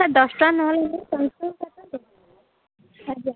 sir ଦଶ ଟଙ୍କା ନହେଲେ ଟଙ୍କା କାଟନ୍ତୁ ଆଜ୍ଞା